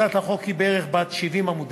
הצעת החוק היא בת בערך 70 עמודים,